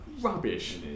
rubbish